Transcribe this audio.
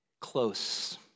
close